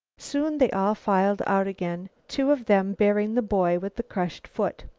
soon they all filed out again, two of them bearing the boy with the crushed foot.